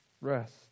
Rest